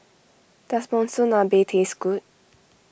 does Monsunabe taste good